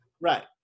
Right